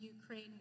Ukraine